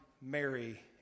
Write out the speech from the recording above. Mary